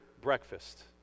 breakfast